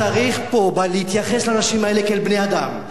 צריך פה להתייחס לאנשים האלה כאל בני-אדם,